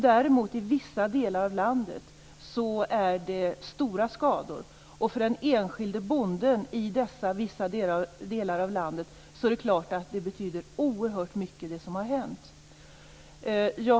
Däremot är det stora skador i vissa delar av landet, och för den enskilde bonden i dessa vissa delar av landet är det klart att det som har hänt betyder oerhört mycket.